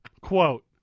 quote